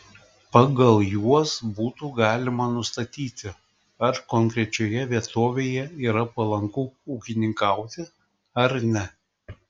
pagal juos būtų galima nustatyti ar konkrečioje vietovėje yra palanku ūkininkauti ar ne